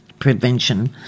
prevention